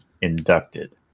inducted